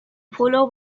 پلو